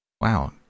Wow